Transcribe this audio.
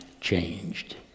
changed